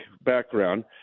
background